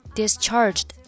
discharged